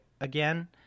again